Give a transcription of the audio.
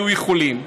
היו יכולים.